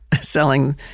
selling